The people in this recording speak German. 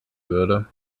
würde